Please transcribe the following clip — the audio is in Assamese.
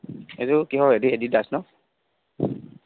এইযোৰ কিহৰ এডিডাছ ন